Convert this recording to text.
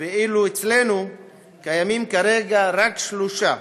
ואילו אצלנו קיימים כרגע רק שלושה.